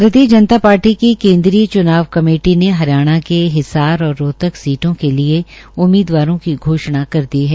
भारतीय जनता पार्टी की केन्द्रीय चुनाव मे हरियाणा के हिसार और रोहतक सीटों के लिये उम्मीदवारों की घोषणा कर दी है